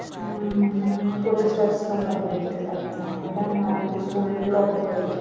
കുറേ സ്ട്രെസ് നമ്മളനുഭവിക്കത്തില്ല നമ്മുടെ മൈൻഡ് ഫുള്ള് ഓക്കെയായിരിക്കും